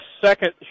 second